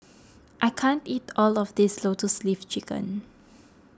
I can't eat all of this Lotus Leaf Chicken